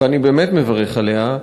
ואני באמת מברך עליה,